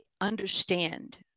understand